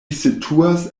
situas